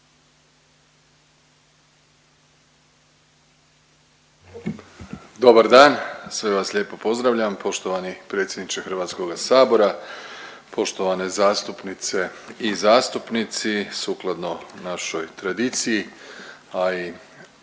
Dobar dan, sve vas lijepo pozdravljam. Poštovani predsjedniče HS, poštovane zastupnice i zastupnici, sukladno našoj tradiciji, a i zakonskom